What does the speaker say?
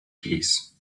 peace